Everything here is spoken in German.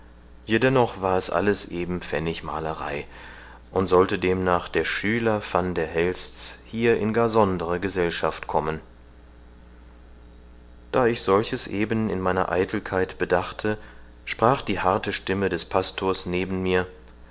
jedennoch war es alles eben pfennigmalerei und sollte demnach der schüler van der helsts hier in gar sondere gesellschaft kommen da ich solches eben in meiner eitelkeit bedachte sprach die harte stimme des pastors neben mir